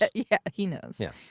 yeah, yeah he knows. yeah.